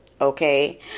okay